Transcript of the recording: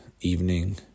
evening